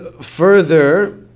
further